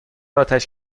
آتش